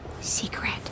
secret